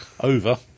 over